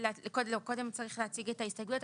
לא קודם צריך להציג את ההסתייגויות,